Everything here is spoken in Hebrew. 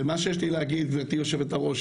ומה שיש לי להגיד גבירתי יושבת הראש,